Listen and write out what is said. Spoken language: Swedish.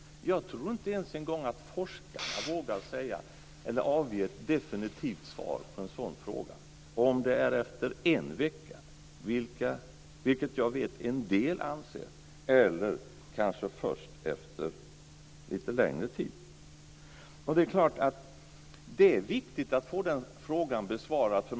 Jag tror inte ens en gång att forskarna vågar avge ett definitivt svar på en sådan fråga. Är det efter en vecka, vilket jag vet att en del anser, eller är det kanske först efter en lite längre tid? Det är klart att det är viktigt att få den frågan besvarad.